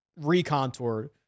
recontoured